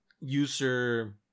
user